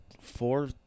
four